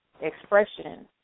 expression